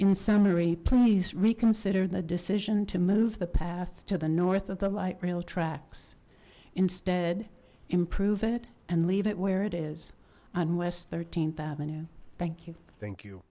in summary please reconsider the decision to move the path to the north of the light rail tracks instead improve it and leave it where it is on west th avenue thank you thank you